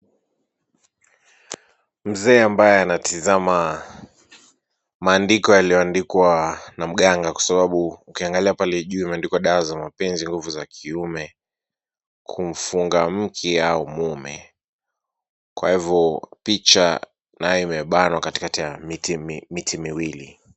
Mzee ambaye anatizama maandiko yanayoandikwa na mganga kwa sababu ukiangalia pale juu imeandikwa dawa za mapenzi, nguvu za kiume, kumfunga mke au mume. Kwa hivyo picha nayo imebanwa katikati ya miti miwili.